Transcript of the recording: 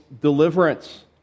deliverance